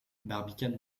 barbicane